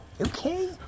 okay